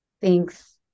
Thanks